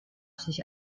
sich